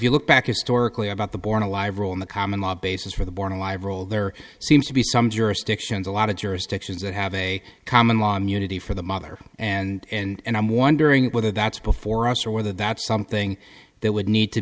you look back historically about the born alive rule in the common law basis for the born alive role there seems to be some jurisdictions a lot of jurisdictions that have a common law immunity for the mother and i'm wondering whether that's before us or whether that's something that would need to